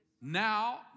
Now